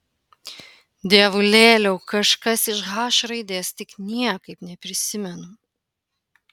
dievulėliau kažkas iš h raidės tik niekaip neprisimenu